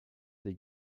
des